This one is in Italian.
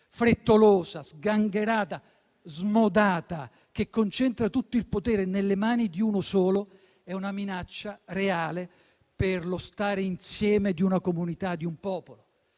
frettolosa, sgangherata e smodata, che concentra tutto il potere nelle mani di uno solo, è una minaccia reale, per lo stare insieme di una comunità e di un popolo.